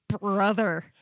brother